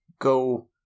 go –